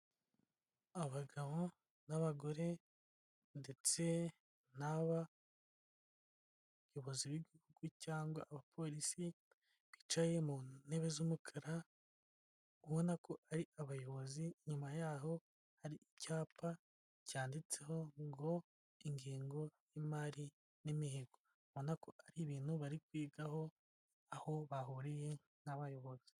Abagabo n'abagore ndetse naba bayobozi b'igihugu cyangwa abapolisi bicaye mu ntebe z'umukara ubona ko ari abayobozi. Inyuma yaho hari icyapa cyanditseho ngo ingengo y'imari n'imihigo ubona ko ari ibintu bari kwigaho aho bahuriye n'abayobozi.